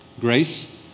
Grace